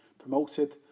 promoted